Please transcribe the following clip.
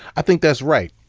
i think that's right.